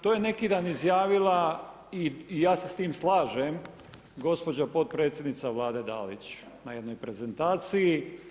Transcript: To je neki dan izjavila i ja se s tim slažem gospođa potpredsjednica Vlade Dalić na jednoj prezentaciji.